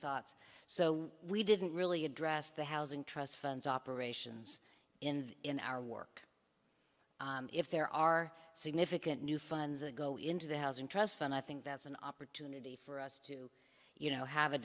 thoughts so we didn't really address the housing trust funds operations in in our work if there are significant new funds that go into the housing trust fund i think that's an opportunity for us to you know have a